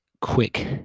quick